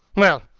well,